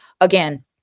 again